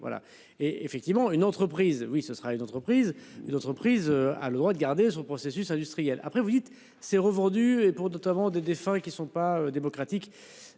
et effectivement une entreprise. Oui, ce sera une entreprise, une entreprise a le droit de garder son processus industriel après vous dites c'est revendu et pour notamment des défunts qui ne sont pas démocratiques,